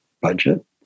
budget